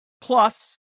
Plus